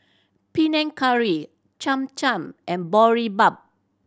Panang Curry Cham Cham and Boribap